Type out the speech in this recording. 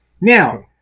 Now